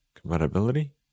compatibility